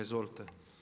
Izvolite.